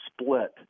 split